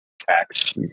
tax